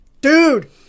dude